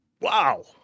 wow